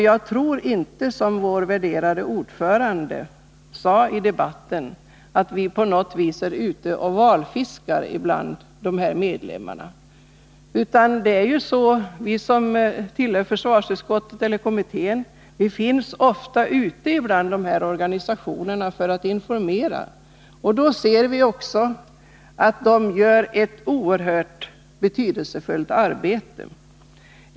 Vi är inte, som utskottets värderade ordförande tror, ute och valfiskar bland organisationernas medlemmar. Vi som tillhör försvarsutskottet eller försvarskommittén är ofta ute hos de här organisationerna för att informera, och vi ser då att de gör ett oerhört betydelsefullt arbete.